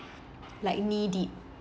like knee-deep